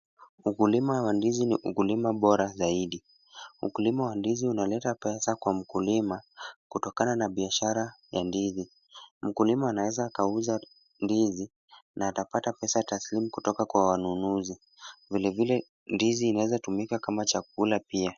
Ukulima wa ndizi ni ukulima bora zaidi. Ukulima wa ndizi unaleta pesa kwa mkulima kutokana na biashara ya ndizi. Mkulima anaweza akauza ndizi na atapata pesa tasilimu kutoka kwa wanunuzi. Vilevile ndizi inaweza tumika kama chakula pia.